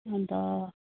अन्त